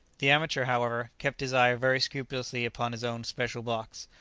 the amateur, however, kept his eye very scrupulously upon his own special box.